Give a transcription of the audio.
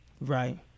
Right